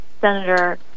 Senator